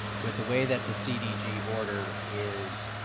with the way that the cdg order is